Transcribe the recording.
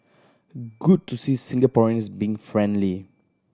good to see Singaporeans being friendly